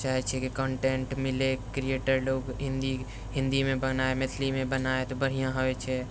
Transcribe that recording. चाहै छियै कि कंटेंट मिलै क्रिएटर लोग हिन्दीमे बनै मैथिलीमे बनै तऽ बढ़िआँ होइ छै